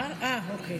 בבקשה.